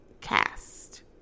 cast